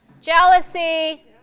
Jealousy